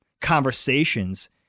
conversations